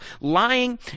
lying